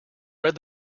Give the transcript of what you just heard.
read